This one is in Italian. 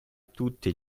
tutte